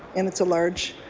and it's a large,